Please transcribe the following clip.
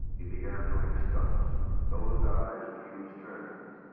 he began doing stunts nosedives and huge turns.